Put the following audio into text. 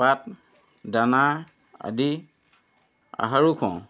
পাত দানা আদি আহাৰো খোৱাওঁ